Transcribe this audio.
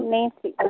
Nancy